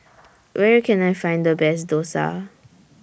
Where Can I Find The Best Dosa